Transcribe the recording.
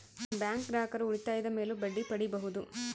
bank ಗ್ರಾಹಕರು ಉಳಿತಾಯದ ಮೇಲೂ ಬಡ್ಡಿ ಪಡೀಬಹುದು